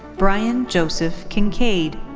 brian joseph kincaid.